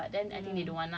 like confirm I want to like